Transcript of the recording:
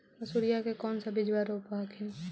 मसुरिया के कौन सा बिजबा रोप हखिन?